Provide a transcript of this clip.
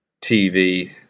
TV –